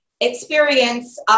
experience